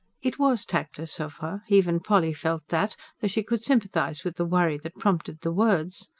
it was tactless of her, even polly felt that though she could sympathise with the worry that prompted the words.